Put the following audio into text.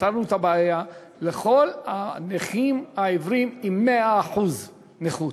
פתרנו את הבעיה לכל הנכים העיוורים עם 100% נכות.